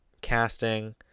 casting